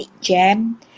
jam